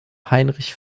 heinrich